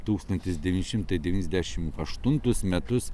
tūkstantis devyni šimtai devyniasdešim aštuntus metus